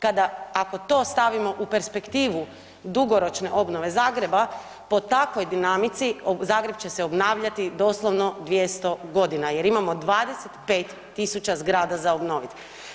Kada, ako to stavimo u perspektivu dugoročne obnove Zagreba po takvoj dinamici, Zagreb će se obnavljati doslovno 200 godina jer imamo 25 tisuća zgrada za obnoviti.